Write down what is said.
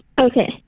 okay